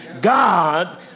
god